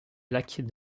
plaques